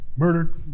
Murdered